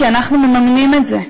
כי אנחנו מממנים את זה,